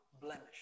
blemish